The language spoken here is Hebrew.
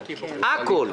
הכול,